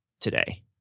today